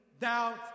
doubt